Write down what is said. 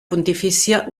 pontifícia